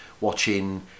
watching